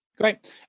Great